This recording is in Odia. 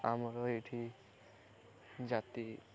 ଆମର ଏଇଠି ଜାତି